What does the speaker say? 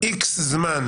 X זמן,